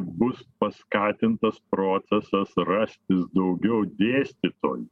bus paskatintas procesas rastis daugiau dėstytojų